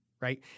right